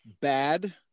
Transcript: bad